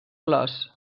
flors